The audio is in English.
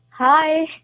Hi